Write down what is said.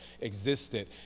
existed